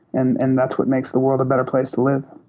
and and that's what makes the world a better place to live.